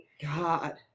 God